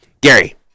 Gary